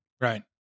right